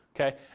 Okay